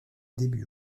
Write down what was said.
début